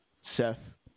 Seth